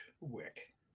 wick